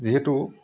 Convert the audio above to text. যিহেতু